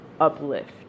uplift